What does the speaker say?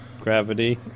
gravity